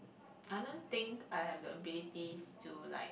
I don't think I have the betise to like